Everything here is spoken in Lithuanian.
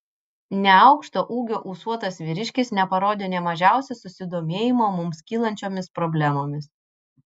neaukšto ūgio ūsuotas vyriškis neparodė nė mažiausio susidomėjimo mums kylančiomis problemomis